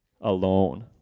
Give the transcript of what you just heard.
alone